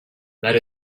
let